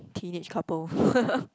teenage couple